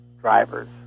drivers